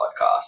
Podcast